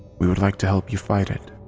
we would like to help you fight it.